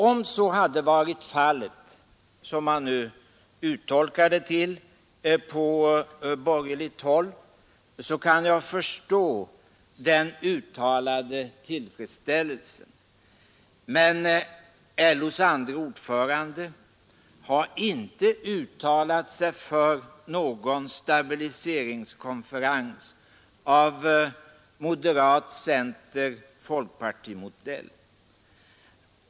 Om det hade funnits ett fackligt stöd för en sådan konferens hade jag kunnat förstå den på borgerligt håll uttalade tillfredsställelsen. Men LO:s andre ordförande har inte uttalat sig för någon stabiliseringskonferens av moderat-center-folkpartimodell.